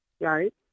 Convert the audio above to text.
Right